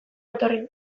etorri